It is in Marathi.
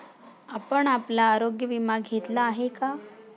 आपण आपला आरोग्य विमा घेतला आहे का?